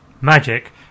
magic